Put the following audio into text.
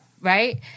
right